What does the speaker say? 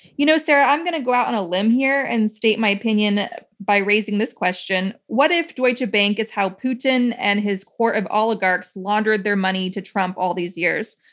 you know, sarah, i'm going to go out on a limb here and state my opinion by um this question what if deutsche bank is how putin and his core of oligarchs laundered their money to trump all these years?